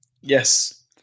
yes